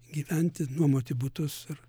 gyventi nuomoti butus ar